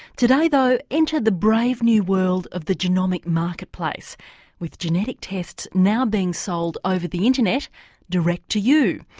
today though, enter the brave new world of the genomic marketplace with genetic tests now being sold over the internet direct to you.